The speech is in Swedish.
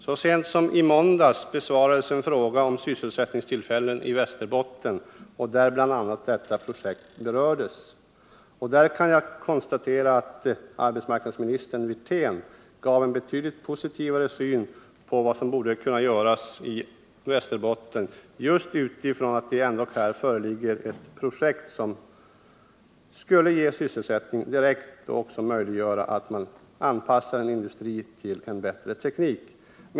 Så sent som i måndags besvarades en fråga om sysselsättningstillfällen i Västerbotten, där bl.a. detta projekt berördes. Jag kan konstatera att arbetsmarknadsministern Rolf Wirtén hade en positiv syn på vad som borde kunna göras i Västerbotten — just utifrån att det här föreligger ett projekt som skulle ge sysselsättning direkt och som möjliggör att man anpassar en industri tillen bättre teknik.